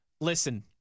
Listen